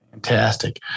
Fantastic